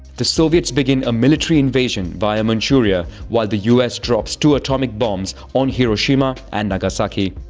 the soviets began a military invasion via manchuria while the us drops two atomic bombs on hiroshima and nagasaki.